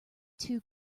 too